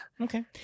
Okay